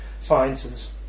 sciences